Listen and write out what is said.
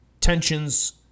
Tensions